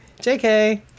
JK